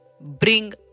bring